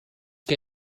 què